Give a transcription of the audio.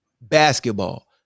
basketball